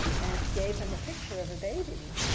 and he gave them a picture of a baby.